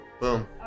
Boom